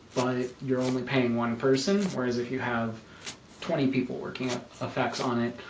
but you're only paying one person or is if you have twenty people working on effects on it,